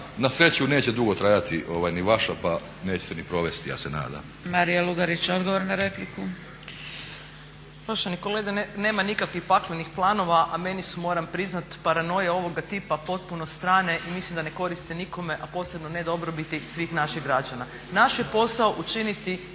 Na sreću neće dugo trajati ni vaša pa neće se ni provesti ja se nadam. **Zgrebec, Dragica (SDP)** Marija Lugarić, odgovor na repliku. **Lugarić, Marija (SDP)** Uvaženi kolega, nema nikakvih paklenih planova, a meni su moram priznat paranoje ovoga tipa potpuno strane i mislim da ne koriste nikome, a posebno ne dobrobiti svih naših građana. Naš je posao učiniti